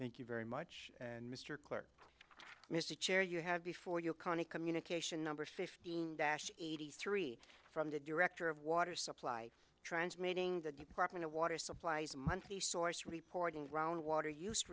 thank you very much and mr clerk mr chair you have before you cannae communication number fifteen dash eighty three from the director of water supply transmitting the department of water supplies monthly source reporting ground water use